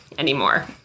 anymore